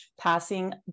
passing